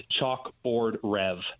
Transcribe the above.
ChalkboardRev